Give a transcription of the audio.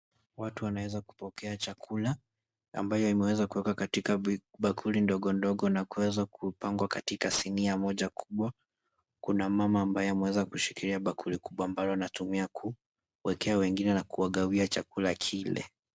Watu wameweza kupokea chakula ambayo imeweza kuwekwa katika bakuli ndogo ndogo na kuweza kupangwa katika sinia moja kubwa, kuna mama ambaye ameweza kushikilia bakuli kubwa ambalo linatumia kuwekea wengine na kuwagawia chakula kile.